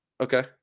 okay